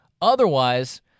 Otherwise